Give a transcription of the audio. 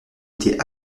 était